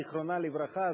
זיכרונה לברכה,